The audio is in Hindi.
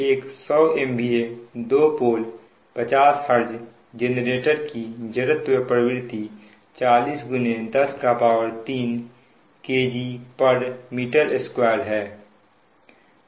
एक 100 MVA 2 pole 50hz जेनरेटर की जड़त्व प्रवृत्ति 40 103 Kg meter2 है